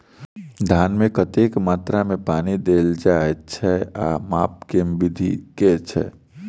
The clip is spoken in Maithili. धान मे कतेक मात्रा मे पानि देल जाएँ छैय आ माप केँ विधि केँ छैय?